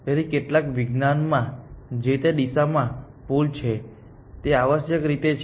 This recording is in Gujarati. તેથી કેટલાક વિજ્ઞાનમાં જે તે દિશામાં પુલ છે તે આવશ્યકરીતે છે